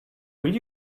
will